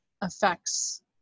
affects